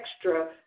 extra